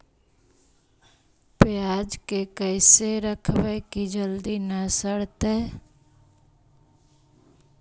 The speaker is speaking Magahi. पयाज के कैसे रखबै कि जल्दी न सड़तै?